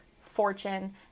Fortune